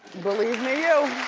believe me you.